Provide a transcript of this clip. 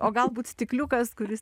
o galbūt stikliukas kuris